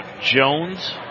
Jones